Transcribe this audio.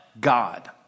God